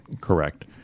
Correct